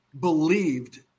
believed